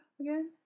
again